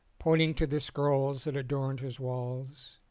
pointing to the scrolls that adorned his walls.